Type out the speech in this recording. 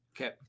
Okay